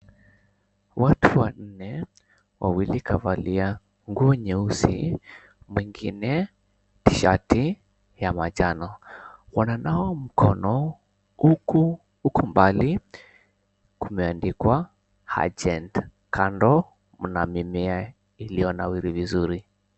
Watu wanne, wawili kavalia nguo nyeusi, mwingine shati ya manjano. Wananawa mkono huku huko mbali kumeandikwa Agent. Kando mna mimea iliyonawiri vizuri.